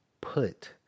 put